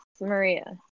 Maria